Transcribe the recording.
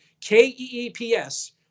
K-E-E-P-S